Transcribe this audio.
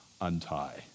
untie